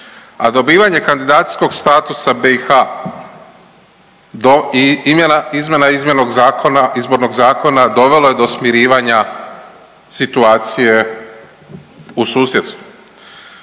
dobivanje kandidacijskog statusa BiH i izmjena Izbornog zakona dovelo je do smirivanja situacije u susjedstvu.